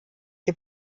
ihr